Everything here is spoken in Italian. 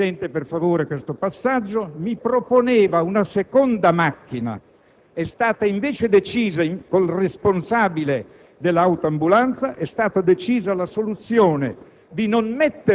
tenete presente, per favore, questo passaggio - mi proponeva una seconda macchina: è stata invece decisa, con il responsabile dell'autoambulanza, la soluzione